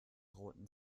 roten